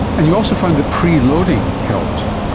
and you also found that preloading helped.